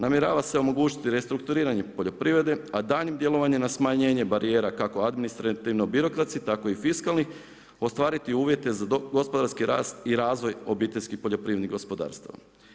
Namjerava se omogućiti restrukturiranje poljoprivrede, a daljnjim djelovanje na smanjenje barija kako administrativno birokratski, tako i fiskalno, ostvariti uvjete za gospodarski rast i razvoj obiteljski poljoprivrednih gospodarstava.